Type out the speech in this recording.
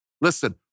Listen